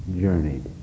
journeyed